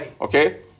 Okay